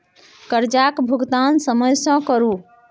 करजाक भूगतान समय सँ करु